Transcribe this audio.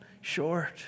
short